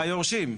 היורשים.